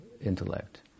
intellect